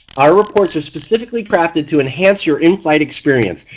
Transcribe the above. our reports are specifically crafted to enhance your in-flight experience.